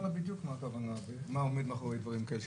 שאנחנו נראה תמונה ברורה ואחר כך נתייחס